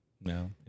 No